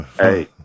Hey